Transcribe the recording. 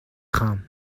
خوام